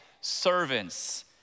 servants